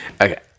Okay